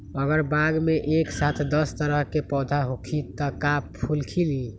अगर बाग मे एक साथ दस तरह के पौधा होखि त का फुल खिली?